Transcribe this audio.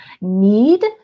need